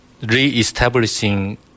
re-establishing